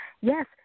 yes